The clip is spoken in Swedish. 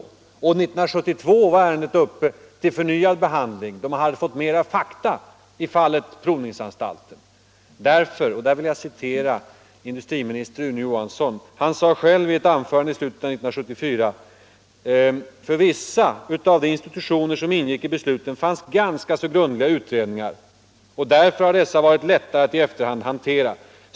1972 var ärendet uppe till förnyad behandling, och då hade man fått mera fakta i fallet provningsanstalten. Rune Johansson sade själv i ett anförande vid statens provningsanstalt i slutet av 1974: ”För vissa utav de institutioner som ingick i besluten fanns ganska så grundliga utredningar och därför har dessa varit lättare att i efterhand hantera.